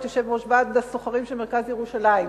יושב-ראש ועד הסוחרים של מרכז ירושלים.